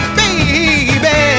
baby